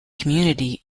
community